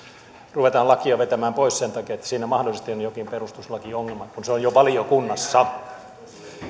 ruvetaan lakia vetämään pois sen takia että siinä mahdollisesti on jokin perustuslakiongelma kun se on jo valiokunnassa